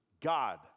God